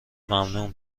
ممنون